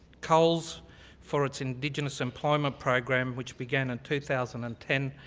coles for its indigenous employment program which began in two thousand and ten,